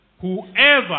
Whoever